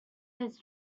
his